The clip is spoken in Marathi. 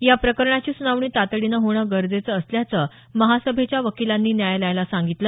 या प्रकरणाची सुनावणी तातडीनं होणं गरजेचं असल्याचं महासभेच्या वकिलांनी न्यायालयाला सांगितलं